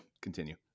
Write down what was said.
continue